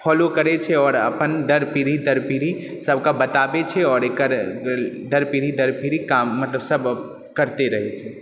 follow करै छै आओर अपन दर पीढ़ी दर पीढ़ी सबके बताबै छै आओर एकर दर पीढ़ी दर पीढ़ी काम मतलब सब करिते रहै छै